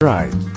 right